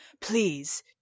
please